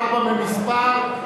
ארבע במספר,